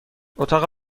اتاق